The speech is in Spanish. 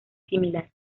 similar